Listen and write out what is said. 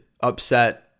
upset